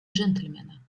джентльмена